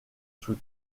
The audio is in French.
sous